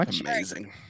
amazing